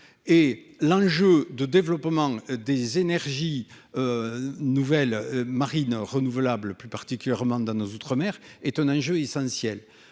et l'enjeu de développement des énergies nouvelles marines renouvelables, plus particulièrement dans nos outre-mer est un enjeu essentiel,